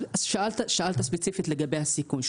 שאלת ספציפית לגבי הסיכון.